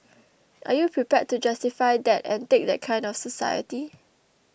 are you prepared to justify that and take that kind of society